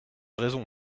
raison